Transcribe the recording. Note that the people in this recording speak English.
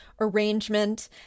arrangement